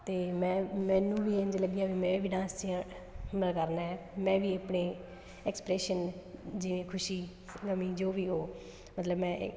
ਅਤੇ ਮੈਂ ਮੈਨੂੰ ਵੀ ਇੰਝ ਲੱਗਿਆ ਵੀ ਮੈਂ ਵੀ ਡਾਂਸ ਕਰਨਾ ਮੈਂ ਵੀ ਆਪਣੇ ਐਕਸਪ੍ਰੈਸ਼ਨ ਜਿਵੇਂ ਖੁਸ਼ੀ ਗਮੀ ਜੋ ਵੀ ਹੋ ਮਤਲਬ ਮੈਂ